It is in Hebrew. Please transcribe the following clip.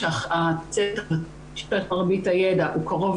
שכוח האדם שיש לו את מרבית הידע הוא קרוב